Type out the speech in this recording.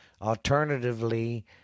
alternatively